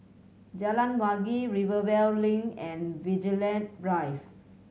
Jalan Wangi Rivervale Link and Vigilante Drive